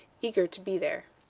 eager to be there.